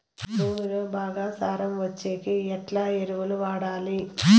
భూమిలో బాగా సారం వచ్చేకి ఎట్లా ఎరువులు వాడాలి?